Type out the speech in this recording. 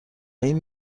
این